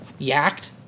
Yacked